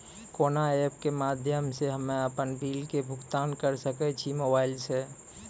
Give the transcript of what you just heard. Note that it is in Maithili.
कोना ऐप्स के माध्यम से हम्मे अपन बिल के भुगतान करऽ सके छी मोबाइल से?